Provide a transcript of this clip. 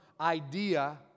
idea